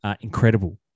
Incredible